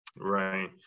right